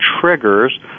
triggers